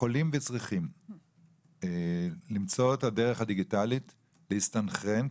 יכולים וצריכים למצוא את הדרך הדיגיטלית להסתנכרן,